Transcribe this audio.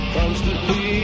constantly